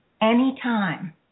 anytime